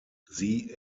sie